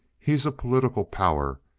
he's a political power,